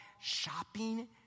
shopping